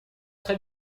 très